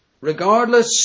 Regardless